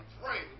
pray